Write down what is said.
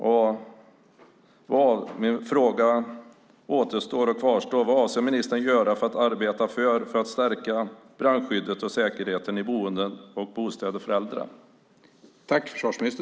Min fråga kvarstår: Vad avser ministern att göra för att arbeta för att stärka brandskyddet och säkerheten i boenden och bostäder för äldre?